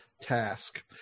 task